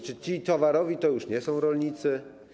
Czy ci towarowi to już nie są rolnicy?